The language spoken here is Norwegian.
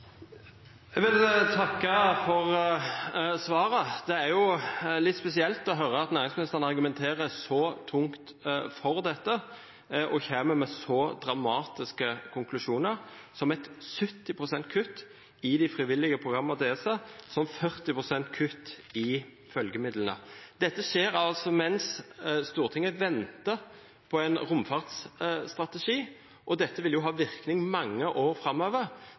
Eg vil takka for svaret. Det er jo litt spesielt å høyra næringsministeren argumentera så tungt for dette, og at ho kjem med så dramatiske konklusjonar som eit 70 pst. kutt i dei frivillige programma i ESA og eit 40 pst. kutt i følgjemidlane. Dette skjer altså mens Stortinget ventar på ein romfartsstrategi, og